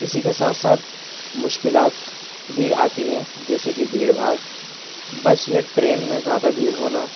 اسی کے ساتھ ساتھ مشکلات بھی آتی ہیں جیسے کہ بھیڑ بھاڑ بس یا ٹرین میں زیادہ بھیڑ ہونا